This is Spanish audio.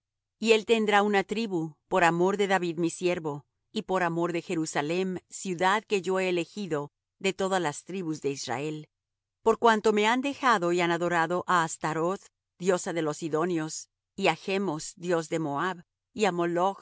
y él tendrá una tribu por amor de david mi siervo y por amor de jerusalem ciudad que yo he elegido de todas las tribus de israel por cuanto me han dejado y han adorado á astharoth diosa de los sidonios y á chmos dios de moab y á